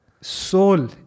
soul